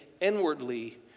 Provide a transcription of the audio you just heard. inwardly